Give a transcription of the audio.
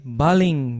baling